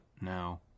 now